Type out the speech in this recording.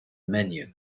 menu